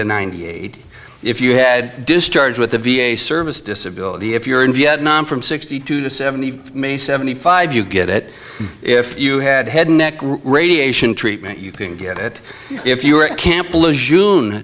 to ninety eight if you had discharge with the v a service disability if you're in vietnam from sixty two to seventy may seventy five you get it if you had head neck radiation treatment you can get it if you were at camp